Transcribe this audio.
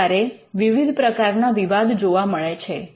આ પ્રકારે વિવિધ પ્રકારના વિવાદ જોવા મળે છે